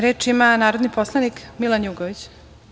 Reč ima narodni poslanik Milan Jugović.